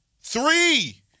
Three